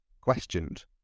questioned